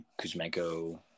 Kuzmenko